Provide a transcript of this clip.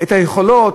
את היכולות,